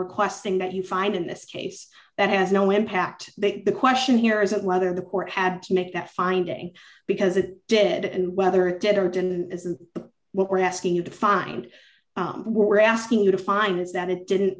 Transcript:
requesting that you find in this case that has no impact that the question here is whether the court had to make that finding because it did and whether it did or didn't isn't what we're asking you to find we're asking you to find is that it didn't